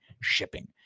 shipping